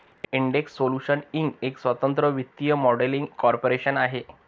Intex Solutions Inc एक स्वतंत्र वित्तीय मॉडेलिंग कॉर्पोरेशन आहे